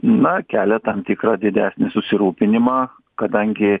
na kelia tam tikrą didesnį susirūpinimą kadangi